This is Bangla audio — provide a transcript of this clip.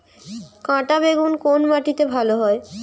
কাঁটা বেগুন কোন মাটিতে ভালো হয়?